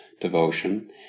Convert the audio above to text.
devotion